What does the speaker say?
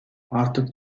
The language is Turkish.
artık